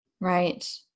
Right